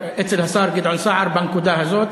אצל השר גדעון סער בנקודה הזאת.